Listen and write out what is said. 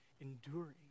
Enduring